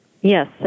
Yes